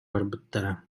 барбыттара